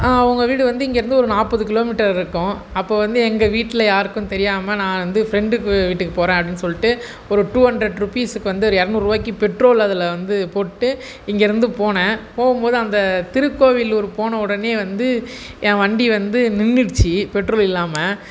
அவங்க வீடு இங்கேருந்து ஒரு நாற்பது கிலோமீட்டர் இருக்கும் அப்போது வந்து எங்கள் வீட்டில் யாருக்கும் தெரியாமல் நான் வந்து ஃப்ரெண்டுக்கு வீட்டுக்கு போகிறேன் அப்படின்னு சொல்லிட்டு ஒரு டூ ஹண்ட்ரெட் ரூபீஸ்க்கு வந்து இரநூறுவாய்க்கு பெட்ரோல் அதில் வந்து போட்டுட்டு இங்கேருந்து போனேன போகும் போது இந்த திருக்கோவிலூர் போனவுடனே வந்து என் வண்டி வந்து நின்றுடுச்சி பெட்ரோல் இல்லாமல்